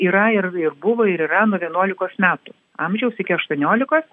yra ir ir buvo ir yra nuo vienuolikos metų amžiaus iki aštuoniolikos